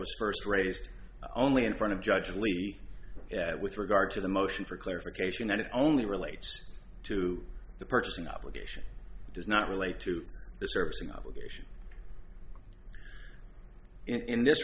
was first raised only in front of judge levy with regard to the motion for clarification that it only relates to the purchasing obligation does not relate to the service and obligation in this